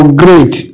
great